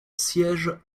siège